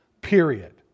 Period